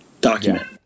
document